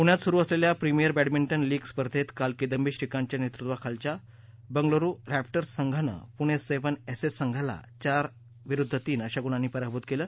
प्ण्यात सुरू असलेल्या प्रिमिअर बड्मिंटन लीग स्पर्धेत काल किदांबी श्रीकांतच्या नेतृत्वाखालच्या बंगलुरू रव्विर्स संघान प्णे सेव्हन एसेस संघाला चार तीन अशा गुणांनी पराभूत केलं